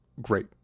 great